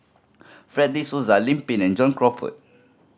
Fred De Souza Lim Pin and John Crawfurd